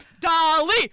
Dolly